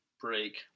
break